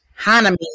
Hanami